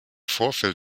vorfeld